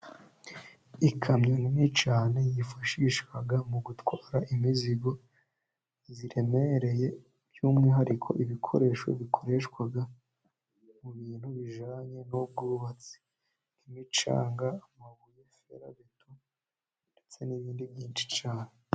Ikamyo nini cyane yifashishwa mu gutwara imizigo iremereye, by'umwihariko ibikoresho bikoreshwa mu bintu bijyaniranye n'ubwubatsi nk'imicanga, amabuye ferabeto ndetse n'ibindi byinshi cyane.